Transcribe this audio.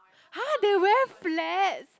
!huh! they wear flats